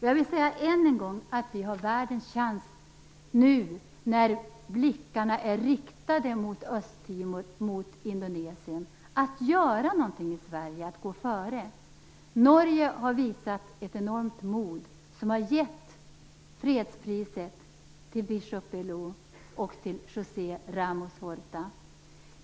Jag vill säga än en gång att vi har världens chans nu när blickarna är riktade mot Östtimor, mot Indonesien, att göra någonting i Sverige, att gå före. Norge har visat ett enormt mod som har gett fredspriset till biskop Belo och till José Ramos Horta.